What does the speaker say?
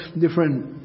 different